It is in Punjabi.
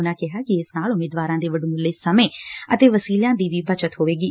ਉਨੂਾ ਕਿਹਾ ਕਿ ਇਸ ਨਾਲ ਉਮੀਦਵਾਰਾ ਦੇ ਵੱਡਮੁੱਲੇ ਸਮੇ ਅਤੇ ਵਸੀਲਿਆ ਦੀ ਬਚਤ ਹੋਏਗੀ